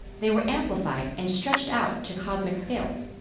they were amplified and stretched out to cosmic scales.